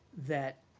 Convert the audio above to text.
that